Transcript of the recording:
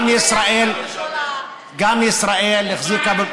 גם ישראל החזיקה,